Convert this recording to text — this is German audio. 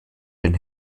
den